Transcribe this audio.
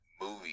movie